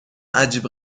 عجیب